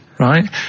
right